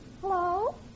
Hello